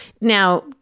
Now